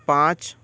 पाँच